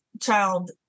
child